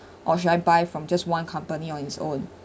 or should I buy from just one company on its own